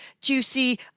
juicy